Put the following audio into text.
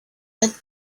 that